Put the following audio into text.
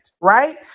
right